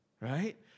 right